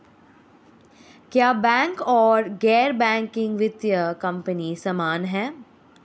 क्या बैंक और गैर बैंकिंग वित्तीय कंपनियां समान हैं?